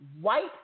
white